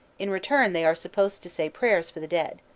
in return they are supposed to say prayers for the dead.